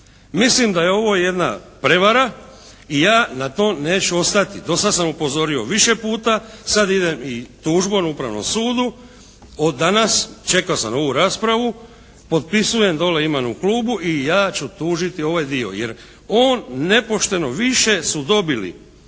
Mislim da je ovo jedne prevara i ja na tom neću ostati. Dosad sam upozorio više puta, sad idem i tužbom Upravnom sudu. Od danas, čekao sam ovu raspravu, potpisujem, dole imam u klubu i ja ću tužiti ovaj dio, jer on nepošteno, više su dobili